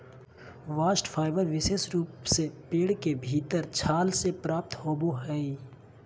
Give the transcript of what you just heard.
bast fibre विशेष रूप से पेड़ के भीतरी छाल से प्राप्त होवो हय